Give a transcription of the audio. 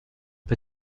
bei